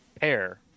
Pair